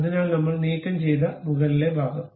അതിനാൽ നമ്മൾ നീക്കംചെയ്ത മുകളിലെ ഭാഗം